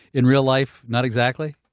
in real life, not exactly?